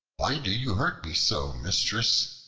why do you hurt me so, mistress?